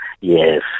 Yes